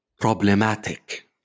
problematic